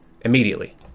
immediately